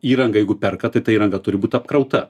įrangą jeigu perka tai ta įranga turi būti apkrauta